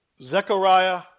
Zechariah